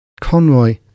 Conroy